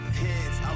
kids